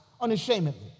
unashamedly